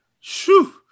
Shoo